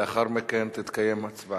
לאחר מכן תתקיים הצבעה.